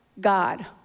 God